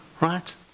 Right